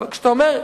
אבל כשאתה אומר: